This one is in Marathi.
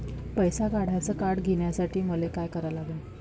पैसा काढ्याचं कार्ड घेण्यासाठी मले काय करा लागन?